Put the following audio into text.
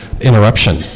interruption